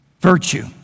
Virtue